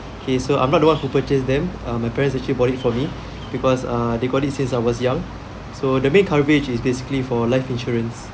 okay so I'm not the one who purchase them uh my parents actually bought it for me because uh they got it since I was young so the main coverage is basically for life insurance